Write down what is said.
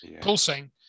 pulsing